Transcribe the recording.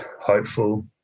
hopeful